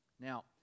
Now